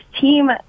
team